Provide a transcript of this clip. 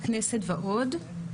הכנסת ועוד.